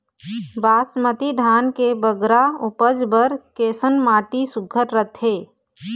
बासमती धान के बगरा उपज बर कैसन माटी सुघ्घर रथे?